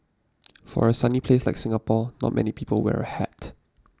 for a sunny place like Singapore not many people wear a hat